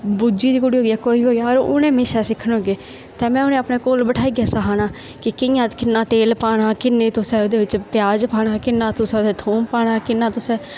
बूजी दी कुड़ी होगी कोई होएआ उ'नें मेरे शा सिक्खन होगे ते में उ'नें गी अपने कोल बठाइयै सखाना कि कि'यां किन्ना तेल पाना किन्ने तुसें ओह्दे बिच्च प्याज पाना किन्ना तुसें ओह्दे च थोम पाना किन्ना तुसें